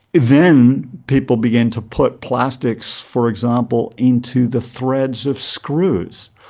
then people began to put plastics, for example, into the threads of screws.